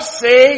say